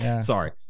sorry